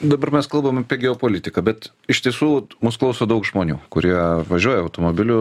dabar mes kalbam apie geopolitiką bet iš tiesų mūsų klauso daug žmonių kurie važiuoja automobiliu